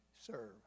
serve